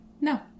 No